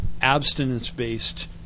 abstinence-based